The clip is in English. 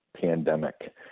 pandemic